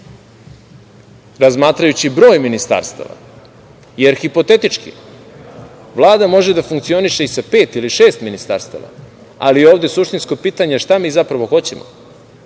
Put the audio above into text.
razmatrajući broj ministarstava, jer hipotetički Vlada može da funkcioniše i sa pet ili šest ministarstava, ali ovde je suštinsko pitanje šta mi zapravo hoćemo